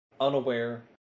unaware